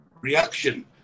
reaction